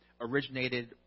originated